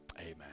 amen